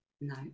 No